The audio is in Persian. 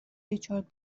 ریچارد